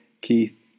Keith